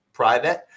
private